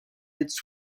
its